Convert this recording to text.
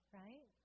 right